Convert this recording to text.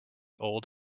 old